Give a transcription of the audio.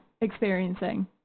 experiencing